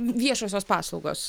viešosios paslaugos